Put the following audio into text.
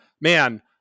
man